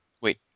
Wait